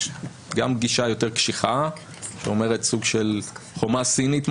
גם גישה יותר קשיחה שאומרת סוג של חומה סינית,